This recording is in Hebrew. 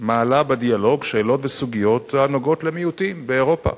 מעלה בדיאלוג שאלות וסוגיות הנוגעות למיעוטים באירופה.